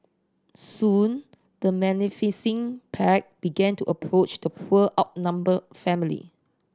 soon the menacing pack began to approach the poor outnumbered family